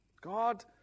God